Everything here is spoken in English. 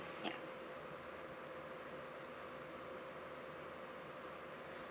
ya